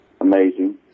amazing